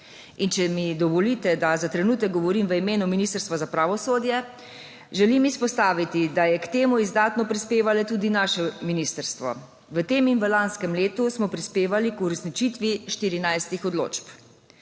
In če mi dovolite, naj za trenutek govorim v imenu Ministrstva za pravosodje, želim izpostaviti, da je k temu izdatno prispevala tudi naše ministrstvo. V tem in v lanskem letu smo prispevali k uresničitvi 14 odločb.